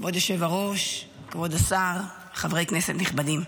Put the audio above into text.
כבוד היושב-ראש, כבוד השר, חברי כנסת נכבדים,